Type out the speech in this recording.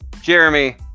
Jeremy